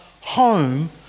home